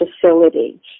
facility